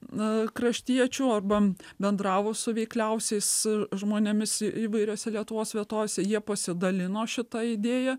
na kraštiečių arba bendravo su veikliausiais žmonėmis i įvairiose lietuvos vietovėse jie pasidalino šita idėja